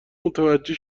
متوجه